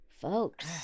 Folks